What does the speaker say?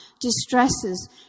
distresses